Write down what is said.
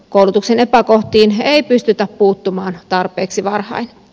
koulutuksen epäkohtiin ei pystytä puuttumaan tarpeeksi varhain